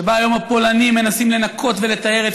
שבה היום הפולנים מנסים לנקות ולטהר את